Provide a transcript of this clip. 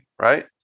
right